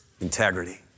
Integrity